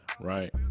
right